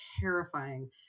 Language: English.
terrifying